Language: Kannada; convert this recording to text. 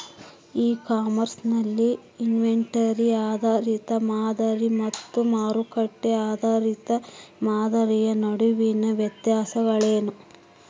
ಇ ಕಾಮರ್ಸ್ ನಲ್ಲಿ ಇನ್ವೆಂಟರಿ ಆಧಾರಿತ ಮಾದರಿ ಮತ್ತು ಮಾರುಕಟ್ಟೆ ಆಧಾರಿತ ಮಾದರಿಯ ನಡುವಿನ ವ್ಯತ್ಯಾಸಗಳೇನು?